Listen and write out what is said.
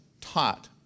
taught